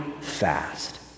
fast